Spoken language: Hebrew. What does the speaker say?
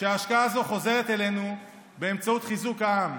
שההשקעה הזו חוזרת אלינו באמצעות חיזוק העם.